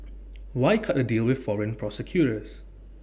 why cut A deal with foreign prosecutors